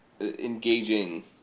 engaging